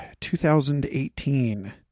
2018